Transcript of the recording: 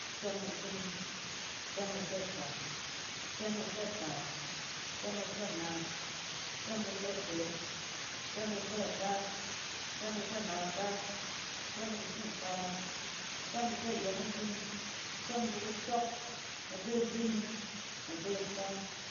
Fɛn kuzining, fɛn kufɛ faa, fɛn kufɛ taat, fɛn kufɛ, fɛn kufɛ naas, fɛn kufɛ toon, fɛn kufɛ rataat, fɛn kufɛ nakataat, fɛn kufi nkara, kufɛn kufɛ agyeng’a zining, kufɛn kufi kusɔk, abe azining, abe afaa.